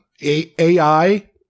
AI